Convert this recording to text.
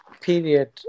period